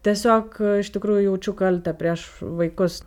tiesiog e iš tikrųjų jaučiu kaltę prieš vaikus